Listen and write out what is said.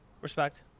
Respect